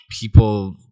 people